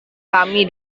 kami